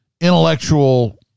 intellectual